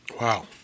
Wow